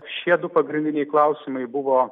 šie du pagrindiniai klausimai buvo